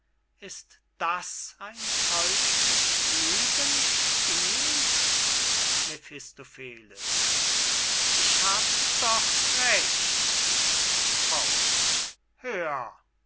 ist das ein teuflisch lügenspiel mephistopheles ich hab doch recht hör